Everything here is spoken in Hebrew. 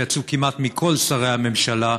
שיצאו כמעט מכל שרי הממשלה,